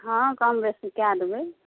हँ कम बेसी कए देबै